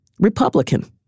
Republican